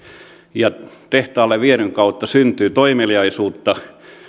ja tehtaalle viedyn kautta syntyy toimeliaisuutta että